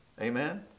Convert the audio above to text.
amen